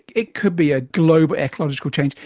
it could be a global ecological change,